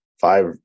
five